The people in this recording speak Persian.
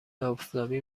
آفتابی